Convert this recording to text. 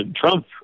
Trump